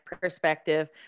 perspective